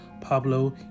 Pablo